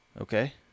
Okay